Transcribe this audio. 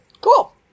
cool